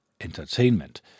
entertainment